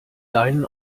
deinen